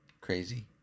crazy